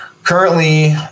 Currently